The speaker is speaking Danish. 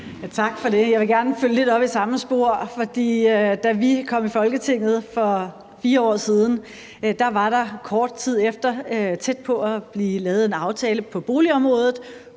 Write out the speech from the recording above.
Tak for det. Jeg vil gerne følge lidt op i samme spor. For da vi kom i Folketinget for 4 år siden, var der kort tid efter tæt på at blive lavet en aftale på boligområdet